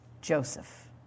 Joseph